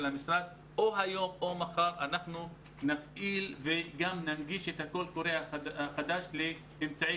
המשרד אנחנו נפעיל וגם ננגיש את הקול קורא החדש לאמצעי